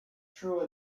true